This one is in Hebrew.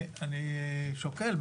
אני שוקל,